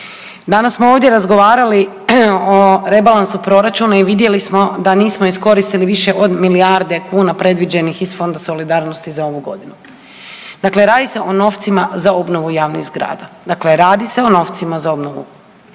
Danas smo ovdje razgovarali o rebalansu proračuna i vidjeli smo da nismo iskoristili više od milijarde kuna predviđenih iz fonda solidarnosti za ovu godinu. Dakle, radi se o novcima za obnovu javnih zgrada. Dakle, radi se o novcima za obnovu